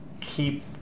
keep